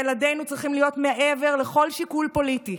ילדינו צריכים להיות מעבר לכל שיקול פוליטי.